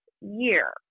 year